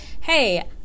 hey